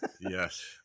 Yes